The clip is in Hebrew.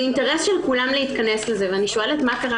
זה אינטרס של כולם להתכנס לזה ואני שואלת מה קרה